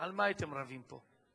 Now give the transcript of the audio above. על מה הייתם רבים פה?